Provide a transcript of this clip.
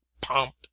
pomp